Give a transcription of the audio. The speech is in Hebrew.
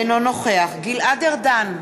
אינו נוכח גלעד ארדן,